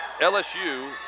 LSU